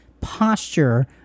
posture